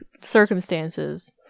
circumstances